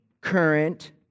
current